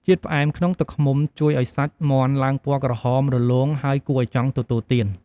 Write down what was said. ជាតិផ្អែមក្នុងទឹកឃ្មុំជួយឱ្យសាច់មាន់ឡើងពណ៌ក្រហម រលោង ហើយគួរឱ្យចង់ទទួលទាន។